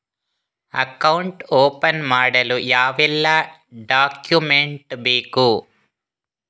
Account open ಮಾಡಲು ಯಾವೆಲ್ಲ document ಬೇಕು?